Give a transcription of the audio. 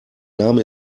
name